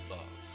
Love